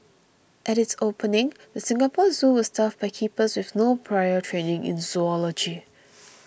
at its opening the Singapore Zoo was staffed by keepers with no prior training in zoology